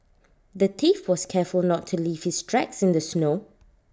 the thief was careful not to leave his tracks in the snow